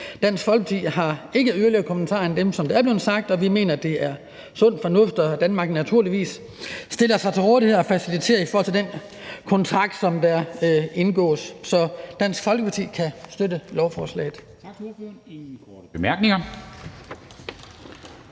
Dansk Folkeparti har ikke yderligere kommentarer end dem, som er blevet sagt, og vi mener, at det er sund fornuft, at Danmark naturligvis stiller sig til rådighed og faciliterer det i forhold til den kontrakt, der indgås. Så Dansk Folkeparti kan støtte lovforslaget.